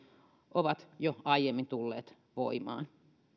ovat jo aiemmin tulleet voimaan